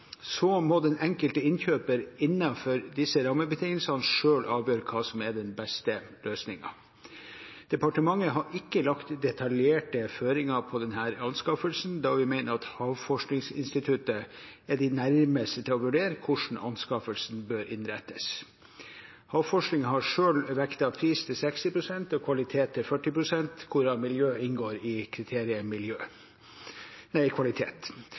Så må den enkelte innkjøper innenfor disse rammebetingelsene selv avgjøre hva som er den beste løsningen. Departementet har ikke lagt detaljerte føringer på denne anskaffelsen, da vi mener at Havforskningsinstituttet er de nærmeste til å vurdere hvordan anskaffelsen bør innrettes. Havforskningen har selv vektet pris til 60 pst. og kvalitet til 40 pst., hvorav miljø inngår i kriteriet kvalitet. Instituttet opplyser at de i